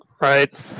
right